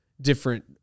different